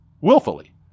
willfully